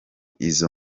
izo